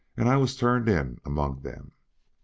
and i was turned in among them.